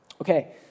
Okay